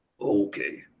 Okay